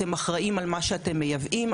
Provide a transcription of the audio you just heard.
אתם אחראים על מה שאתם מייבאים,